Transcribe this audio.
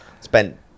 spent